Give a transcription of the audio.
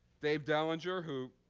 dave dellinger, who